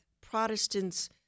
Protestants